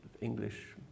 English